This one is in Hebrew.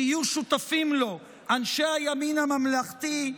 שיהיו שותפים לו אנשי הימין הממלכתי,